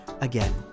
Again